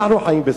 אנחנו חיים בסרט.